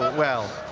well,